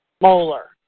Molar